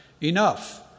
enough